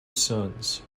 sons